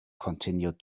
continued